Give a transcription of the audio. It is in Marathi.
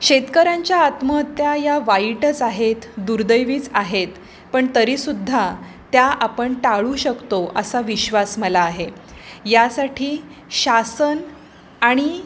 शेतकऱ्यांच्या आत्महत्या या वाईटच आहेत दुर्दैवीच आहेत पण तरीसुद्धा त्या आपण टाळू शकतो असा विश्वास मला आहे यासाठी शासन आणि